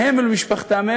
להם ולמשפחתם,